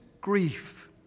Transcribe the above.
grief